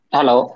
Hello